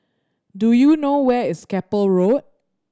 do you know where is Keppel Road